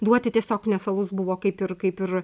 duoti tiesiog nes alus buvo kaip ir kaip ir